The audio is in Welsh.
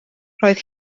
roedd